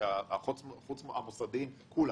המוסדיים, כולם.